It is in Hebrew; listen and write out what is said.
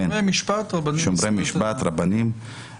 שומרי משפט רבנים לזכויות אדם.